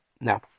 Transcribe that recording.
Now